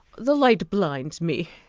the light blinds me,